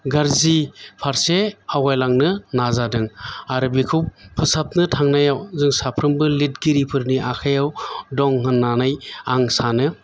गाज्रि फारसे आवगायलांनो नाजादों आरो बिखौ फोसाबनो थांनायाव जों साफ्रोमबो लिरगिरिफोरनि आखाइयाव दं होनानै आं सानो